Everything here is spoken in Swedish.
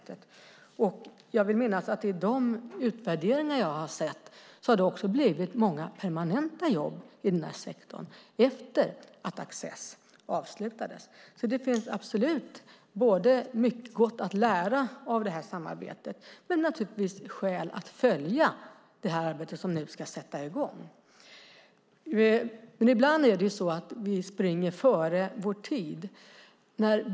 Jag vill minnas att enligt de utvärderingar jag har sett har det skapats många permanenta jobb i sektorn efter det att Accessprojektet avslutades. Det finns absolut mycket gott att lära av samarbetet och skäl att följa det arbete som nu ska sätta i gång. Ibland springer vi före vår tid.